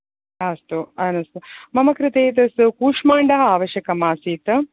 अस्तु अस्तु मम कृते एतस्य कूष्माण्डः आवश्यकम् आसीत्